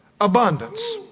abundance